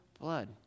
blood